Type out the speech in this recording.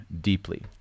deeply